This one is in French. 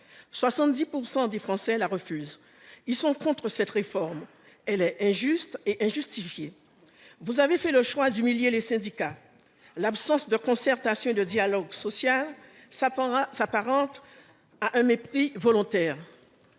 70 % des Français refusent cette réforme injuste et injustifiée. Vous avez fait le choix d'humilier les syndicats. L'absence de concertation et de dialogue social s'apparente à un mépris volontaire.